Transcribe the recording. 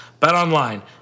BetOnline